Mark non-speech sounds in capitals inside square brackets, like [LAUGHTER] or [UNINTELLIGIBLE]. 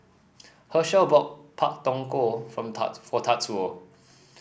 Hershell bought Pak Thong Ko from [UNINTELLIGIBLE] for Tatsuo